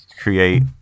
create